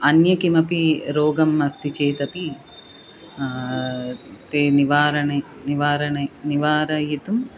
अन्य किमपि रोगं अस्ति चेतपि ते निवारणे निवारणे निवारयितुम्